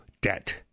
debt